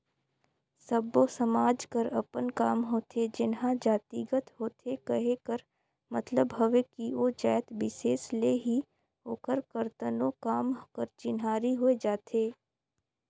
सब्बो समाज कर अपन काम होथे जेनहा जातिगत होथे कहे कर मतलब हवे कि ओ जाएत बिसेस ले ही ओकर करतनो काम कर चिन्हारी होए जाथे